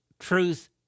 truth